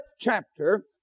chapter